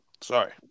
sorry